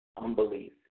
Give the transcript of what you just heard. unbelief